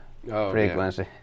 frequency